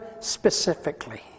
specifically